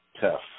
tough